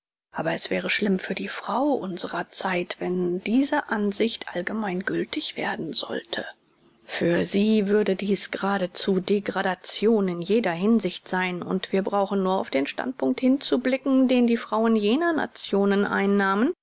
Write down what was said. aber es wäre schlimm für die frau unsrer zeit wenn diese ansicht allgemein gültig werden sollte für sie würde dies gradezu degradation in jeder hinsicht sein und wir brauchen nur auf den standpunkt hinzublicken den die frauen jener nationen einnahmen